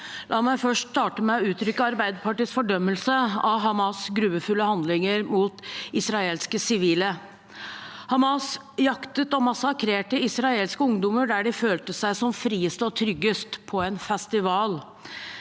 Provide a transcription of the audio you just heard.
La meg starte med å uttrykke Arbeiderpartiets fordømmelse av Hamas’ grufulle handlinger mot israelske sivile. Hamas jaktet og massakrerte israelske ungdommer der de følte seg som friest og tryggest – på en festival.